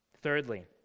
Thirdly